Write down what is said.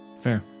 Fair